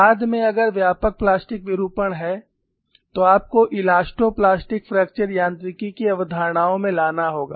बाद में अगर व्यापक प्लास्टिक विरूपण है तो आपको इलास्टो प्लास्टिक फ्रैक्चर यांत्रिकी की अवधारणाओं में लाना होगा